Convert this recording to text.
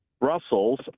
Brussels